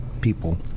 people